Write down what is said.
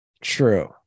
True